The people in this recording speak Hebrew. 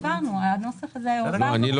העברנו את הנוסח הזה לוועדה.